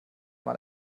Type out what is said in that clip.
mal